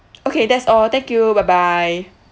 okay that's all thank you bye bye